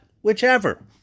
whichever